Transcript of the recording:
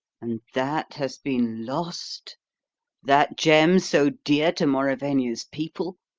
and that has been lost that gem so dear to mauravania's people,